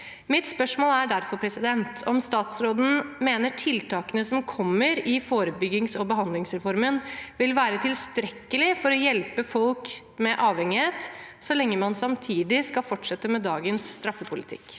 Mitt spørsmål er derfor om statsråden mener tiltakene som kommer i forebyggings- og behandlingsreformen, vil være tilstrekkelige for å hjelpe folk med avhengighet, så lenge man samtidig skal fortsette med dagens straffepolitikk.